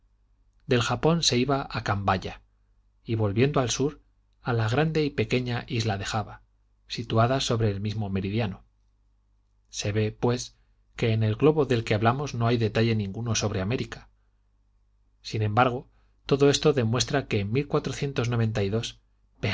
del japón se iba a cambaya y volviendo al sur a la grande y pequeña isla de java situadas sobre el mismo meridiano se ve pues que en el globo de que hablamos no hay detalle ninguno sobre américa sin embargo todo esto demuestra que en